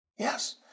Yes